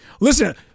Listen